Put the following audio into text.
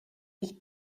ich